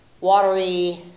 watery